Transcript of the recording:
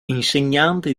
insegnante